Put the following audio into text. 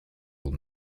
will